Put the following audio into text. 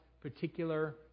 Particular